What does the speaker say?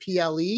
PLE